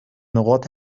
نقاط